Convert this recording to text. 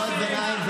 חבר הכנסת דוידסון.